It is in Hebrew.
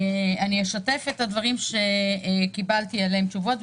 אשתף את הדברים שקיבלתי עליהם תשובות,